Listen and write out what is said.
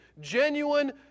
genuine